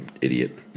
idiot